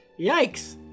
yikes